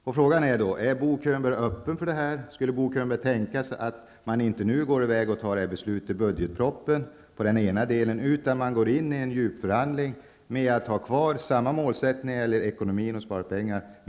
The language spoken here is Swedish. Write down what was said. Är Bo Könberg öppen för dessa tankegångar? Skulle han kunna tänka sig att man inte nu fattar beslut enligt budgetpropositionen i den ena delen, utan att man går in i en djupförhandling om att ha kvar samma målsättning när det gäller ekonomin och att spara pengar?